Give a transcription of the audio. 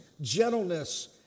gentleness